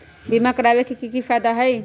बीमा करबाबे के कि कि फायदा हई?